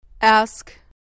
Ask